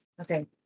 Okay